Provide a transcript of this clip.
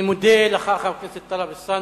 אני מודה לך, חבר הכנסת טלב אלסאנע.